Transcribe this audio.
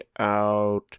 out